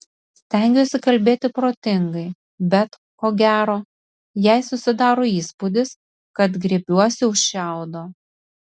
stengiuosi kalbėti protingai bet ko gero jai susidaro įspūdis kad griebiuosi už šiaudo